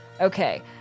Okay